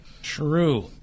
True